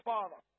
Father